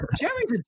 Jerry's